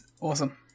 Awesome